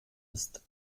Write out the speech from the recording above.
ist